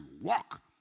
walk